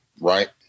right